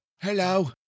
Hello